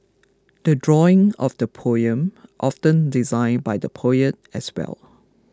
the drawing of the poem often designed by the poet as well